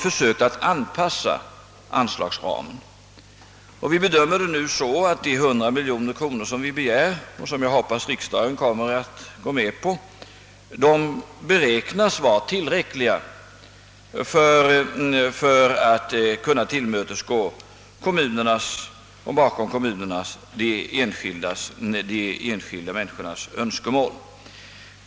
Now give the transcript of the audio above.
De 100 miljoner kronor som vi begär och som jag hoppas riksdagen kommer att gå med på beräknas vara tillräckliga för att tillmötesgå kommunernas och de enskilda människornas önskemål.